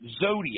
Zodiac